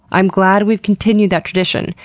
i'm glad we've continued that tradition.